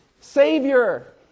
Savior